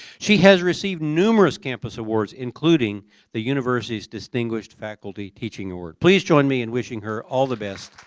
she has received numerous campus awards including the university's distinguished faculty teaching award. please join me in wishing her all the best.